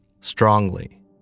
strongly